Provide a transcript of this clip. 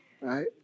right